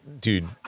dude